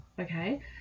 okay